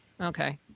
Okay